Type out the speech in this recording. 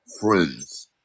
friends